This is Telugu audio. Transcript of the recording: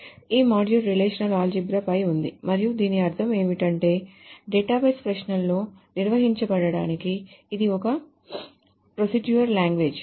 ఈ మాడ్యూల్ రిలేషనల్ ఆల్జీబ్రా పై ఉంది మరియు దీని అర్థం ఏమిటంటే డేటాబేస్ ప్రశ్నలను నిర్వచించడానికి ఇది ఒక ప్రోసేడ్యురల్ లాంగ్వేజ్